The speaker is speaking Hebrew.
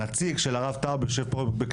הנציג של הרב טאו אבי מעוז יושב פה בכנסת.